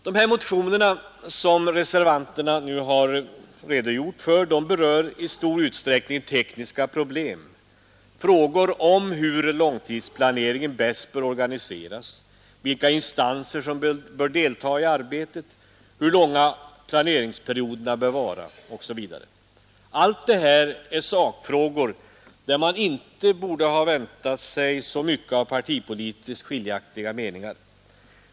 De motioner som reservanterna redogjort för berör i stor utsträckning tekniska problem frågor om hur långtidsplaneringen bäst bör organiseras, vilka instanser som bör delta i arbetet, hur långa planeringsperioderna bör vara osv. Allt detta är sakfrågor, där man inte borde ha väntat sig så mycket av partipolitiskt skiljaktiga meningar.